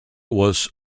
was